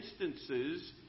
instances